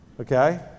okay